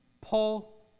Paul